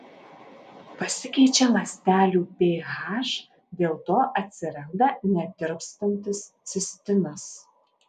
pasikeičia ląstelių ph dėl to atsiranda netirpstantis cistinas